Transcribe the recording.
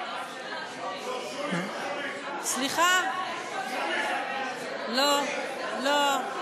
המילה "צרחה" היא לא מילה,